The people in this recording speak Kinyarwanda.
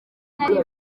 nari